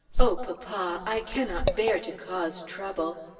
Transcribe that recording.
oh, papa i cannot bear to cause trouble.